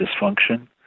dysfunction